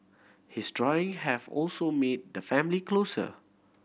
his drawing have also made the family closer